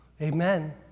Amen